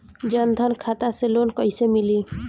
जन धन खाता से लोन कैसे मिली?